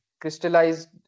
crystallized